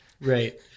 Right